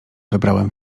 wybrałem